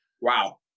Wow